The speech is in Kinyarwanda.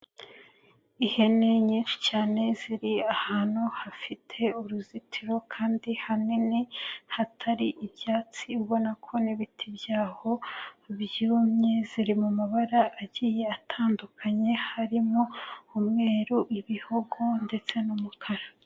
Ihene nyinshi cyane ziri ahantu hafite uruzitiro kandi hanini hatari ibyatsi, ubona ko n'ibiti by'aho byumye, ziri mu mabara agiye atandukanye harimo, umweru, ibihogo ndetse n'umukara.